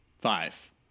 five